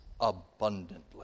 abundantly